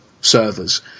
servers